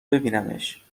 ببینمش